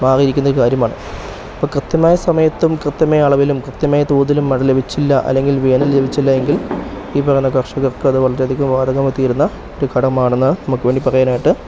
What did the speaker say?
മാറിയിരിക്കുന്ന ഒരു കാര്യമാണ് ഇപ്പം കൃത്യമായ സമയത്തും കൃത്യമായ അളവിലും കൃത്യമായ തോതിലും മഴ ലഭിച്ചില്ല അല്ലെങ്കിൽ വേനൽ ലഭിച്ചില്ല എങ്കിൽ ഈ പറയുന്ന കർഷകർക്ക് അത് വളരെ അധികം ബാധകമായിതീരുന്ന ഒരു ഘടകമാണെന്ന് നമുക്ക് വേണ്ടി പറയാനായിട്ട്